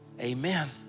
Amen